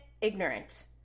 ignorant